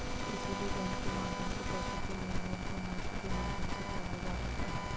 किसी भी बैंक के माध्यम से पैसे के लेनदेन को नेफ्ट के माध्यम से कराया जा सकता है